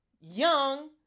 young